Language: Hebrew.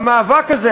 במאבק הזה,